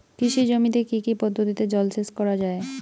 কৃষি জমিতে কি কি পদ্ধতিতে জলসেচ করা য়ায়?